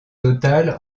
total